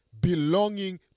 belonging